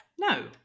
No